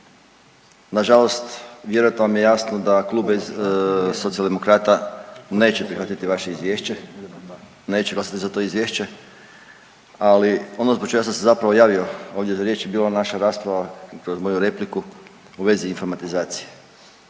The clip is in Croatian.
Nažalost vjerojatno vam je jasno da Klub Socijaldemokrata neće prihvatiti vaše izvješće, neće glasati za to izvješće, ali ono zbog čega sam se zapravo javio ovdje za riječ je bila naša rasprava kroz moju repliku u vezi informatizacije.